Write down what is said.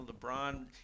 LeBron